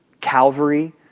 Calvary